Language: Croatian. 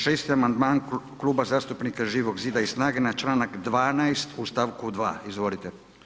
6. amandmana Kluba zastupnika Živog zida i SNAGA-e na članak 12. u stavku 2. Izvolite.